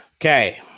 okay